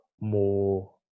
more